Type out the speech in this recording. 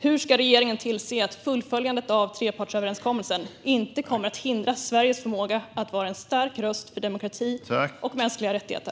Hur ska regeringen tillse att fullföljandet av trepartsöverenskommelsen inte kommer att hindra Sveriges förmåga att vara en stark röst för demokrati och mänskliga rättigheter?